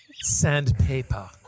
Sandpaper